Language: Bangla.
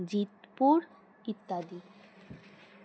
জিতপুর ইত্যাদি